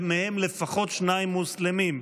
ומהם לפחות שניים מוסלמים.